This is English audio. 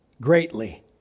greatly